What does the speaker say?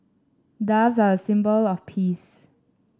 doves are a symbol of peace